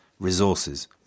resources